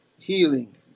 healing